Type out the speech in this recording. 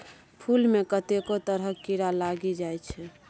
फुल मे कतेको तरहक कीरा लागि जाइ छै